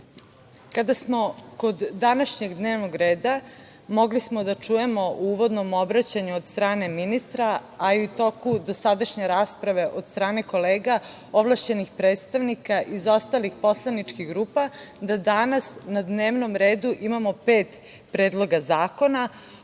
rad. Kada smo kod današnjeg dnevnog reda, mogli smo da čujemo u uvodnom obraćanju od strane ministra, a i u toku dosadašnje rasprave od strane kolega ovlašćenih predstavnika iz ostalih poslaničkih grupa da danas na dnevnom redu imamo pet predloga zakona.